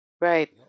right